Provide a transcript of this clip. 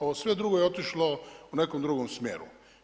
Ovo sve drugo je otišlo u nekom drugom smjeru.